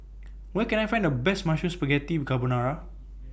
Where Can I Find The Best Mushroom Spaghetti Carbonara